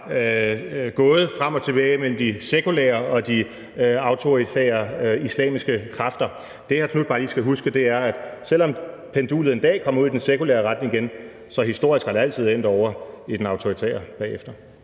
gået frem og tilbage mellem de sekulære og de autoritære islamiske kræfter. Det, som hr. Marcus Knuth bare lige skal huske, er, at selv om pendulet en dag kommer ud i den sekulære retning igen, er det historisk altid endt ovre i den autoritære bagefter.